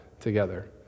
together